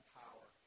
power